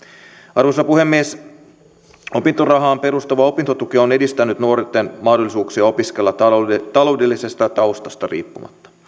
arvoisa puhemies opintorahaan perustuva opintotuki on edistänyt nuorten mahdollisuuksia opiskella taloudellisesta taloudellisesta taustasta riippumatta